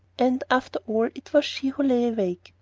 and after all it was she who lay awake.